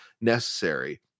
necessary